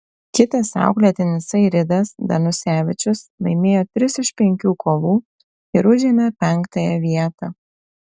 kitas auklėtinis airidas danusevičius laimėjo tris iš penkių kovų ir užėmė penktąją vietą